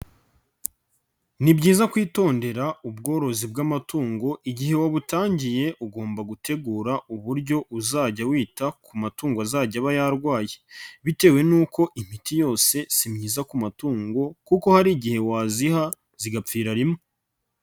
Ni byiza kwitondera ubworozi bw'amatungo igihe wabutangiye ugomba gutegura uburyo uzajya wita ku matungo azajya aba yarwaye. Bitewe n'uko imiti yose simyiza ku matungo kuko hari igihe waziha zigapfira rimwe.